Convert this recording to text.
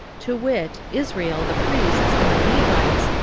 to wit, israel, the priests, and the levites,